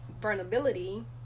vulnerability